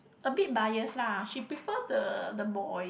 a bit bias lah she prefer the the boy